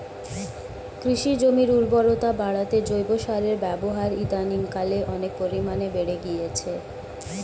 কৃষি জমির উর্বরতা বাড়াতে জৈব সারের ব্যবহার ইদানিংকালে অনেক পরিমাণে বেড়ে গিয়েছে